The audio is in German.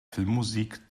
filmmusik